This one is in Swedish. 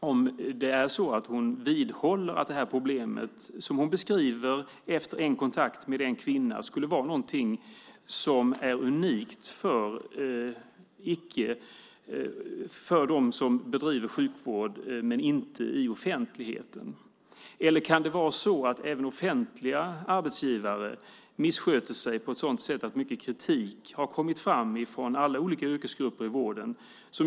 Jag undrar om hon vidhåller att det problem som hon beskriver efter en kontakt med en kvinna skulle vara någonting som är unikt för dem som bedriver sjukvård utanför det offentliga. Kan det vara så att även offentliga arbetsgivare missköter sig på ett sådant sätt att mycket kritik har kommit fram från alla olika yrkesgrupper i vården?